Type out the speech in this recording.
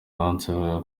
bansaba